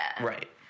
Right